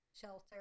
shelter